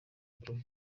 prof